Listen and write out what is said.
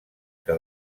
que